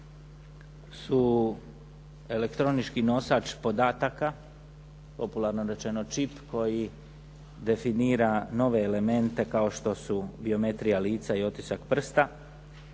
su elektronički nosač podataka, popularno rečeno čip koji definira nove elemente kao što su biometrija lica i otisak prsta.